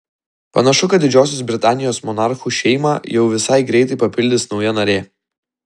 panašu kad didžiosios britanijos monarchų šeimą jau visai greitai papildys nauja narė